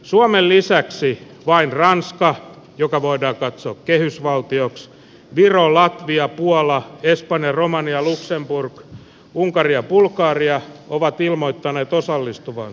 suomen lisäksi vain ranska joka voidaan katsoa kehysvaltioksi viro latvia puola espanja romania luxemburg unkari ja bulgaria ovat ilmoittaneet osallistuvansa